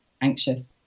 anxious